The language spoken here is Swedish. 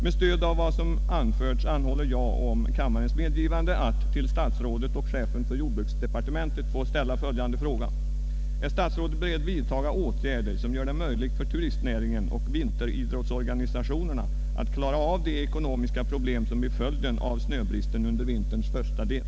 Med stöd av vad som anförts anhåller jag om kammarens medgivande att till herr jordbruksministern få ställa följande fråga: Är statsrådet beredd vidtaga åtgärder som gör det möjligt för turistnäringen och vinteridrottsorganisationerna att klara av de ekonomiska problem som blir följden av snöbristen under vinterns första del?